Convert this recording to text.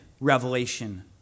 revelation